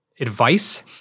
advice